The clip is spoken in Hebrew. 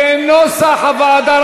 כנוסח הוועדה.